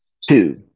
two